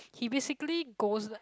he basically goes